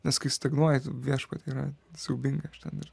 nes kai stagnuoji tu viešpatie yra siaubinga aš ten ir